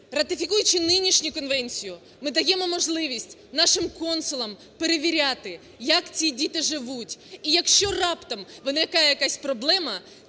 Ратифікуючи нинішню конвенцію, ми даємо можливість нашим консулам перевіряти, як ці діти живуть, і якщо раптом виникає якась проблема,